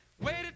Waited